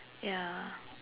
ya